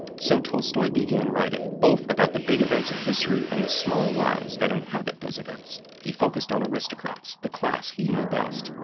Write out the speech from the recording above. so tolstoy began writing, both about the big events of history and the small lives that inhabit those events. he focused on aristocrats, the class he knew best.